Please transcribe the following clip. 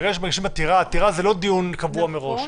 ברגע שמגישים עתירה, עתירה זה לא דיון קבוע מראש.